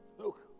Look